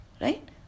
right